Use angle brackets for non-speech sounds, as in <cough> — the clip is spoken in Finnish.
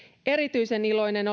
erityisen iloinen <unintelligible>